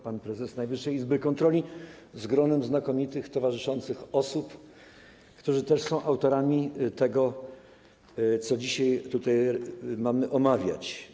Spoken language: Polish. Panie Prezesie Najwyższej Izby Kontroli, z gronem znakomitych towarzyszących osób, które też są autorami tego, co dzisiaj tutaj mamy omawiać!